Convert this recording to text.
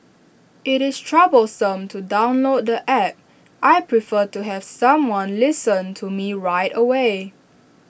IT is troublesome to download the App I prefer to have someone listen to me right away